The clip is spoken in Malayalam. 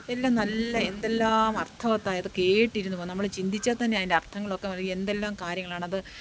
എല്ലാം നല്ല എന്തെല്ലാം അർത്ഥവത്തായത് കേട്ടിരുന്നു പോകും നമ്മൾ ചിന്തിച്ചാൽ തന്നെ അതിൻ്റെ അർത്ഥങ്ങളൊക്കെ അത് എന്തെല്ലാം കാര്യങ്ങളാണത്